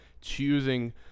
choosing